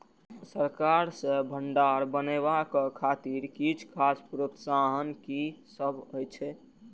सरकार सँ भण्डार बनेवाक खातिर किछ खास प्रोत्साहन कि सब अइछ?